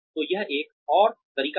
तो यह एक और तरीका है